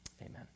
Amen